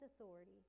authority